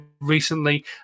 recently